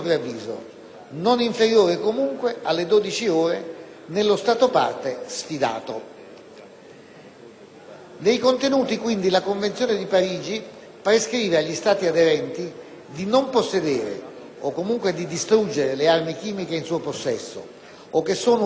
Nei contenuti, quindi, la Convenzione di Parigi prescrive agli Stati aderenti di non possedere o, comunque, di distruggere le armi chimiche in suo possesso o che sono «ubicate in qualunque luogo sotto la sua giurisdizione o controllo» e di smantellare ogni impianto di produzione.